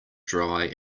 dry